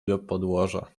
biopodłoża